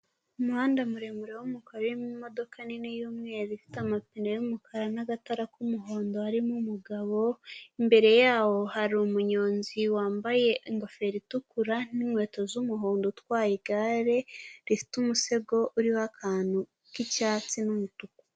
Umuhanda muremure w'umukara urimo imodoka nini y'umweru ifite amapine y'umukara n'agatara k'umuhondo harimo umugabo, imbere yawo hari umunyonzi wambaye ingofero itukura n'inkweto z'umuhondo utwaye igare rifite umusego uriho akantu k'icyatsi n'umutuku.